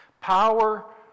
Power